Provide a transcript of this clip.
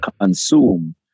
consume